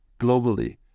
globally